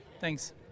Thanks